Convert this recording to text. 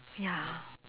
ya